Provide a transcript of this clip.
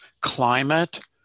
climate